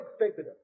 expected